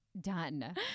Done